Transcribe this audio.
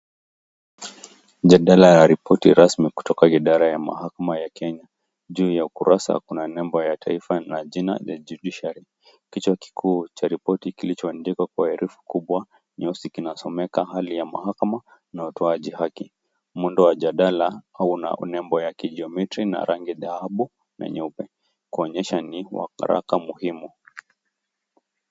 Jadara ya ripoti rasmi, kutoka idara ya mahakama ya Kenya, juu ya ukurasa kuna nembo ya taifa na jina ya judiciary , kichwa kikuu cha ripoti kilichoandikwa kwa herufi kubwa kinasomeka hali ya mahakama, na utoaji haki mjadala una rangi ya kijometri na rangi ya dhahabu na nyeupe, kuonyesha ni waraka muhimu.